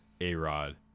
A-Rod